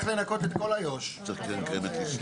(היו"ר יוראי להב הרצנו)